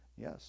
yes